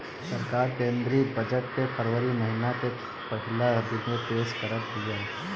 सरकार केंद्रीय बजट के फरवरी महिना के पहिला दिने पेश करत बिया